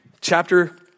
chapter